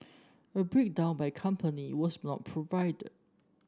a breakdown by company was not provided